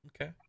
Okay